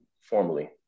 formally